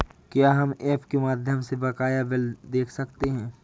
क्या हम ऐप के माध्यम से बकाया बिल देख सकते हैं?